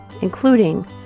including